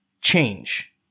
change